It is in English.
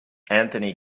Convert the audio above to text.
anthony